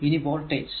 ഇനി വോൾടേജ്